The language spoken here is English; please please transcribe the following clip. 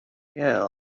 yeah